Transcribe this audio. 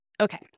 Okay